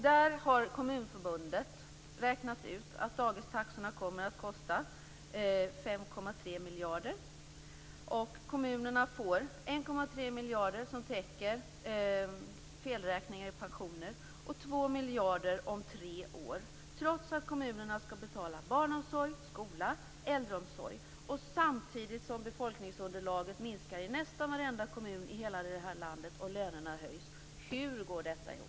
Där har Kommunförbundet räknat ut att sänkningen av dagistaxorna kommer att kosta 5,3 miljarder. Kommunerna får 1,3 miljarder som täcker felräkningar i pensioner och 2 miljarder om tre år. Detta trots att kommunerna skall betala barnomsorg, skola och äldreomsorg, samtidigt som befolkningsunderlaget minskar i nästan varenda kommun i hela detta land och lönerna höjs. Hur går detta ihop?